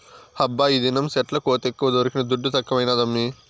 హబ్బా ఈదినం సెట్ల కోతెక్కువ దొరికిన దుడ్డు తక్కువైనాదమ్మీ